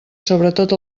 sobretot